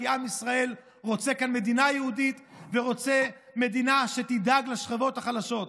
כי עם ישראל רוצה כאן מדינה יהודית ורוצה מדינה שתדאג לשכבות החלשות.